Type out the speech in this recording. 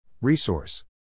Resource